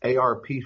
ARP